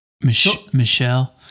Michelle